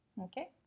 Okay